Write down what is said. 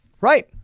right